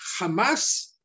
Hamas